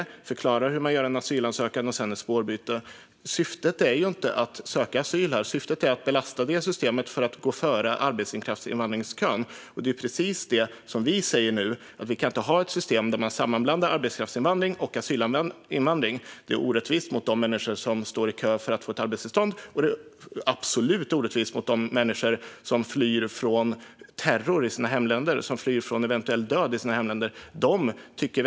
De förklarar för dem hur man söker asyl och sedan gör ett spårbyte. Syftet är inte att söka asyl, utan syftet är att belasta systemet för att gå före kön för arbetskraftsinvandring. Vi säger att det inte kan vara ett system där man sammanblandar arbetskraftsinvandring och asylinvandring. Det är orättvist mot de människor som står i kö för att få ett arbetstillstånd, och det är absolut orättvist mot de människor som flyr från terror och eventuell död i sina hemländer.